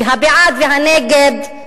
הבעד והנגד,